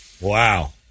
Wow